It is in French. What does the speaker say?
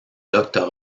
doctorat